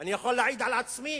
אני יכול להעיד על עצמי